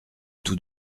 tout